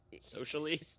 Socially